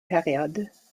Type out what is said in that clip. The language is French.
périodes